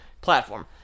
platform